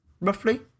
roughly